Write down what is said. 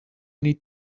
need